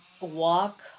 walk